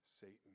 Satan